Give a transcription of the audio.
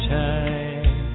time